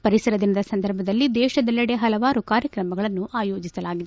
ಪರಿಸರ ದಿನದ ಸಂದರ್ಭದಲ್ಲಿ ದೇಶದಲ್ಲಿಡ ಹಲವಾರು ಕಾರ್ಯಕ್ರಮಗಳನ್ನು ಆಯೋಜಿಸಲಾಗಿದೆ